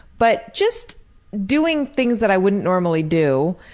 but just doing things that i wouldn't normally do